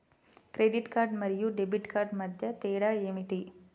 Credit card మరియు debit card మధ్య తేడా ఏమిటి?